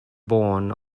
born